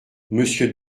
monsieur